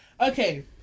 okay